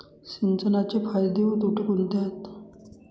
सिंचनाचे फायदे व तोटे कोणते आहेत?